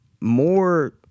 more